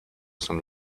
some